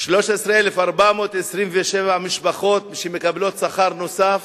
ל-13,427 משפחות שמקבלות שכר נוסף?